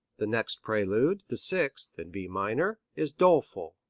the next prelude, the sixth, in b minor, is doleful,